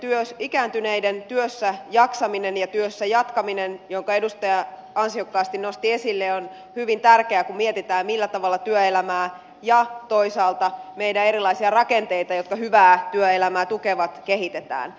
tässä ikääntyneiden työssäjaksaminen ja työssä jatkaminen jonka edustaja ansiokkaasti nosti esille on hyvin tärkeää kun mietitään millä tavalla työelämää ja toisaalta meidän erilaisia rakenteita jotka hyvää työelämää tukevat kehitetään